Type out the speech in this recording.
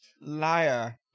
liar